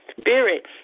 spirit